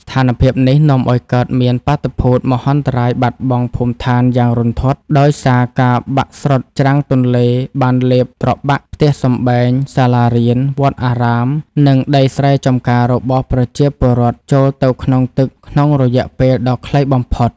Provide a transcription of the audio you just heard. ស្ថានភាពនេះនាំឱ្យកើតមានបាតុភូត មហន្តរាយបាត់បង់ភូមិឋាន យ៉ាងរន្ធត់ ដោយសារការបាក់ស្រុតច្រាំងទន្លេបានលេបត្របាក់ផ្ទះសម្បែង សាលារៀន វត្តអារាម និងដីស្រែចម្ការរបស់ប្រជាពលរដ្ឋចូលទៅក្នុងទឹកក្នុងរយៈពេលដ៏ខ្លីបំផុត។